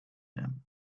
them